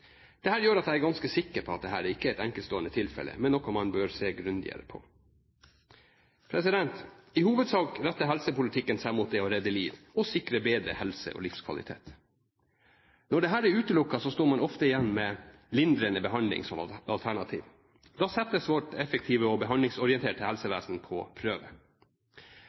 Det gjør at jeg er ganske sikker på at dette ikke er et enkeltstående tilfelle, men noe man bør se grundigere på. I hovedsak retter helsepolitikken seg mot det å redde liv og å sikre bedre helse og livskvalitet. Når dette er utelukket, står man ofte igjen med lindrende behandling som alternativ. Da settes vårt effektive og behandlingsorienterte helsevesen på prøve.